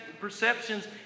perceptions